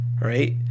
right